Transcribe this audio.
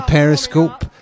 Periscope